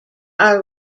are